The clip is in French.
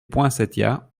poinsettias